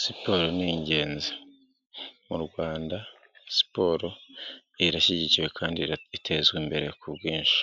Siporo ni ingenzi mu Rwanda siporo irashyigikiwe kandi itezwa imbere ku bwinshi.